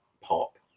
pop